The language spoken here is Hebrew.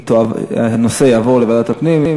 הנושא יעבור לוועדת הפנים,